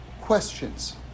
questions